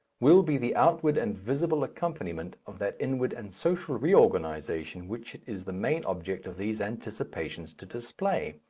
will be the outward and visible accompaniment of that inward and social reorganization which it is the main object of these anticipations to display.